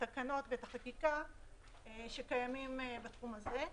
התקנות ואת החקיקה שקיימים בתחום הזה.